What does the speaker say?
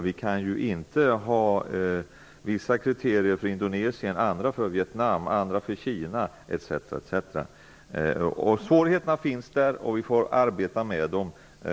Vi kan inte ha vissa kriterier för Indonesien och andra för Vietnam och Svårigheterna finns där, och vi får arbeta med dem.